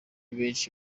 benshi